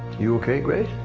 you okay, grace?